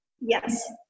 Yes